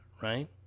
right